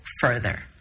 further